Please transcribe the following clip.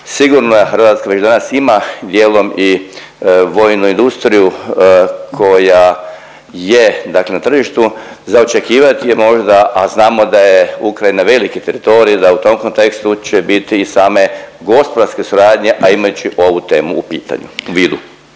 sigurno da Hrvatska već danas ima dijelom i vojnu industriju koja je dakle na tržištu, za očekivati je možda, a znamo da je Ukrajina veliki teritorij, da u tom kontekstu će biti i same gospodarske suradnje, a imajući ovu temu u